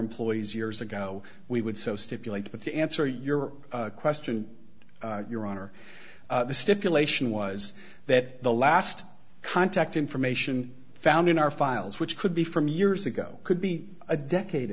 employees years ago we would so stipulate but to answer your question your honor the stipulation was that the last contact information found in our files which could be from years ago could be a decade